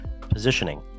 Positioning